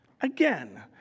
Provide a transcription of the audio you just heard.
again